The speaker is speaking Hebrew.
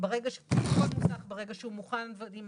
כל מוסך ברגע שהוא מוכן ועם